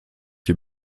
die